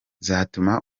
zatuma